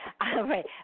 right